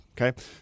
Okay